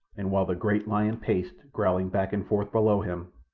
and while the great lion paced, growling, back and forth below him,